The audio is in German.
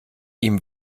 ihm